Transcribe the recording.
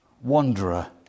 wanderer